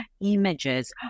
images